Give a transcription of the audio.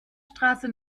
straße